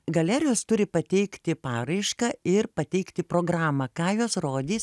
galerijos turi pateikti paraišką ir pateikti programą ką jos rodys